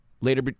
later